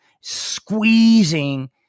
Squeezing